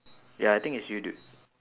ya I think it's you dude